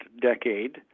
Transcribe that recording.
decade